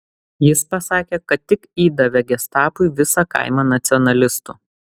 jis pasakė kad tik įdavė gestapui visą kaimą nacionalistų